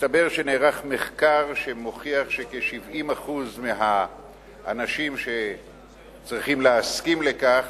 מסתבר שנערך מחקר שמוכיח שכ-70% מהאנשים שצריכים להסכים לכך,